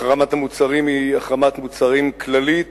החרמת המוצרים היא החרמת מוצרים כללית,